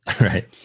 Right